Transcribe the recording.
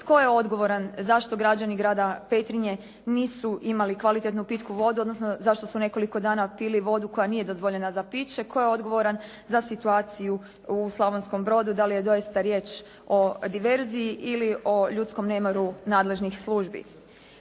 tko je odgovoran zašto građani grada Petrinje nisu imali kvalitetnu pitku vodu odnosno zašto su nekoliko dana pili vodu koja nije dozvoljena za piće? Tko je odgovoran za situaciju u Slavonskom Brodu? Da li je doista riječ o diverziji ili o ljudskom nemaru nadležnih službi.